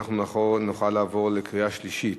אנחנו נוכל לעבור לקריאה שלישית.